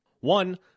One